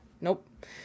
Nope